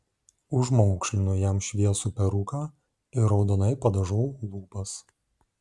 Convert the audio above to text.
užmaukšlinu jam šviesų peruką ir raudonai padažau lūpas